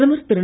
பிரதமர் திரு